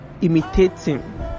imitating